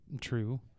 true